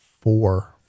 four